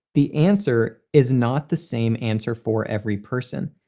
the answer is not the same answer for every person.